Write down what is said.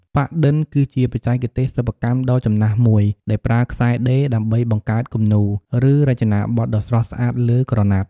ប៉ាក់-ឌិន គឺជាបច្ចេកទេសសិប្បកម្មដ៏ចំណាស់មួយដែលប្រើខ្សែដេរ ដើម្បីបង្កើតគំនូរ ឬរចនាបថដ៏ស្រស់ស្អាតលើក្រណាត់។